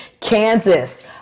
Kansas